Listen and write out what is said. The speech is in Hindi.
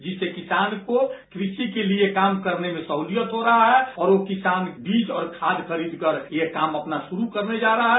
जिससे किसान को कृ षि के लिए काम करने में सहूलियत हो रहा है और वो किसान बीज और खाद खरीद कर यह काम अपना शुरू करने जा रहा है